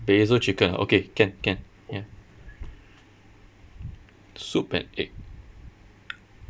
basil chicken okay can can ya soup and egg